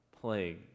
plague